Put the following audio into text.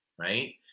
right